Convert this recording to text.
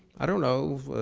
i don't know,